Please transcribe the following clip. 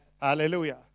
Hallelujah